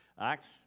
Acts